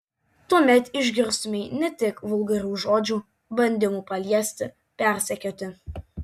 tuomet išgirstumei ne tik vulgarių žodžių bandymų paliesti persekioti